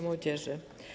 Młodzieży!